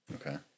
Okay